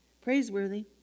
Praiseworthy